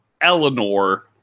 Eleanor